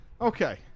Okay